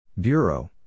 Bureau